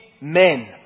men